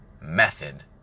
method